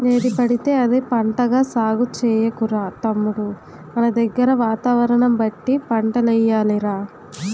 ఏదిపడితే అది పంటగా సాగు చెయ్యకురా తమ్ముడూ మనదగ్గర వాతావరణం బట్టి పంటలెయ్యాలి రా